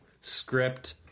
script